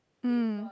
mm